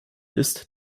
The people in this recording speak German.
ist